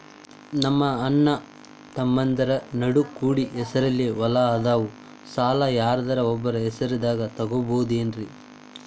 ನಮ್ಮಅಣ್ಣತಮ್ಮಂದ್ರ ನಡು ಕೂಡಿ ಹೆಸರಲೆ ಹೊಲಾ ಅದಾವು, ಸಾಲ ಯಾರ್ದರ ಒಬ್ಬರ ಹೆಸರದಾಗ ತಗೋಬೋದೇನ್ರಿ?